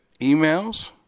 emails